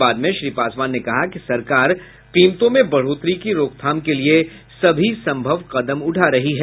बाद में श्री पासवान ने कहा कि सरकार कीमतों में बढ़ोतरी की रोकथाम के लिए सभी संभव कदम उठा रही है